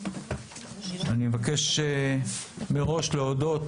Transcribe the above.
אני מבקש מראש להודות,